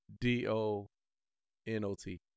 D-O-N-O-T